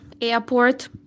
airport